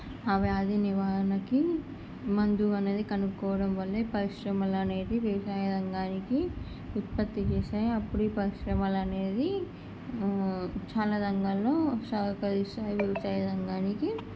ఆ వ్యాధి నివారణకి మందు అనేది కనుక్కోవటం వళ్ళే పరిశ్రమలనేవి వ్యవసాయ రంగానికి ఉత్పత్తి చేసే అప్పుడు ఈ పరిశ్రమలు అనేవి చాలా రంగాల్లో సహకరిస్తాయి వ్యవసాయ రంగానికి